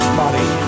body